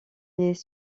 les